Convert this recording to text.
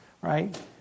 right